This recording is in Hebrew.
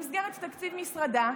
במסגרת תקציב משרדה,